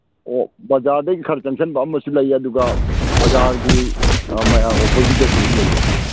ꯑꯣ ꯕꯖꯥꯔꯗꯒꯤ ꯈꯔ ꯆꯪꯁꯤꯟꯕ ꯑꯃꯁꯨ ꯂꯩ ꯑꯗꯨꯒ ꯕꯖꯥꯔꯒꯤ ꯑꯣꯄꯣꯖꯤꯠꯇꯁꯨ ꯑꯗꯨꯝ ꯂꯩ